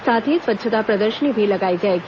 साथ ही स्वच्छता प्रदर्शनी भी लगाई जाएगी